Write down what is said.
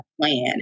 plan